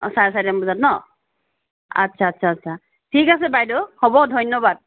অ চাৰে চাৰিটামান বজাত ন' আচ্ছা আচ্ছা আচ্ছা ঠিক আছে বাইদেউ হ'ব ধন্যবাদ